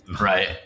Right